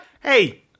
Hey